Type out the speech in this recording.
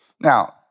Now